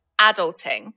adulting